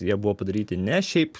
ir jie buvo padaryti ne šiaip